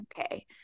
okay